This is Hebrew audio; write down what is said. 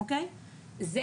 אז גם,